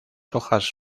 hojas